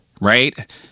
right